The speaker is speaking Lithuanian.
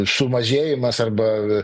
sumažėjimas arba